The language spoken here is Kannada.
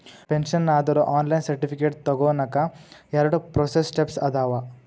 ಪೆನ್ಷನ್ ಆದೋರು ಆನ್ಲೈನ್ ಸರ್ಟಿಫಿಕೇಟ್ ತೊಗೋನಕ ಎರಡ ಪ್ರೋಸೆಸ್ ಸ್ಟೆಪ್ಸ್ ಅದಾವ